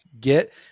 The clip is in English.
get